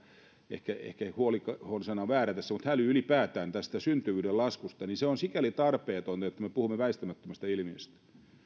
ehkä ehkä huoli sana on väärä tässä mutta häly ylipäätään tästä syntyvyyden laskusta on sikäli tarpeetonta että me puhumme väistämättömästä ilmiöstä